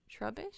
trubbish